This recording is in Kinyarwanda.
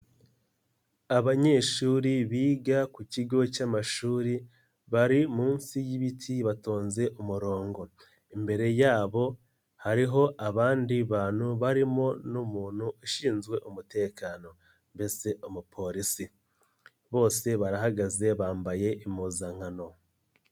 Abanyeshuri biga ku kigo cy'amashuri, bari munsi y'ibiti batonze umurongo, imbere yabo hariho abandi bantu barimo n'umuntu ushinzwe umutekano, mbese umupolisi, bose barahagaze bambaye impuzankano.